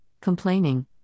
complaining